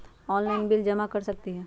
Online bill जमा कर सकती ह?